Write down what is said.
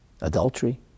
adultery